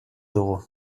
dugu